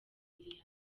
yanjye